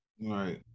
Right